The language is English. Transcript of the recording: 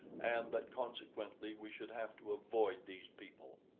and that consequently we should have to avoid these people.